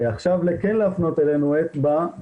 עכשיו כן להפנות אלינו אצבע,